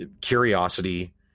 Curiosity